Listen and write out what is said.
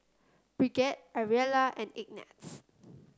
Brigette Ariella and Ignatz